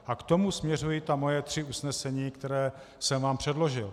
A k tomu směřují ta moje tři usnesení, která jsem vám předložil.